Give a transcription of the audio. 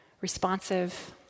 responsive